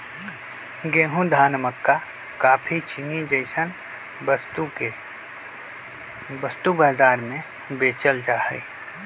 गेंहूं, धान, मक्का काफी, चीनी जैसन वस्तु के वस्तु बाजार में बेचल जा हई